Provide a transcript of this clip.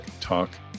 Talk